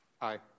Aye